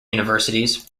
universities